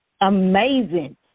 amazing